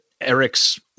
Eric's